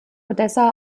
odessa